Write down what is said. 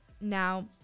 now